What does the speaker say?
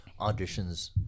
auditions